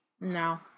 No